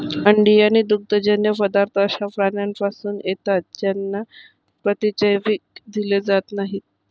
अंडी आणि दुग्धजन्य पदार्थ अशा प्राण्यांपासून येतात ज्यांना प्रतिजैविक दिले जात नाहीत